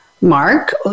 Mark